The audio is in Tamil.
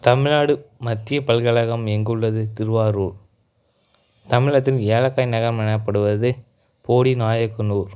தமிழ்நாடு மத்தியப் பல்கழகம் எங்குள்ளது திருவாரூர் தமிழகத்தின் ஏலக்காய் நகரம் எனப்படுவது போடிநாயக்கனூர்